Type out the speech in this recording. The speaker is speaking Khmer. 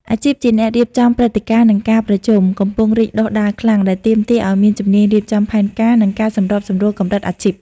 អាជីពជាអ្នករៀបចំព្រឹត្តិការណ៍ និងការប្រជុំ កំពុងរីកដុះដាលខ្លាំង ដែលទាមទារឱ្យមានជំនាញរៀបចំផែនការ និងការសម្របសម្រួលកម្រិតអាជីព។